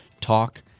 Talk